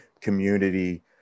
community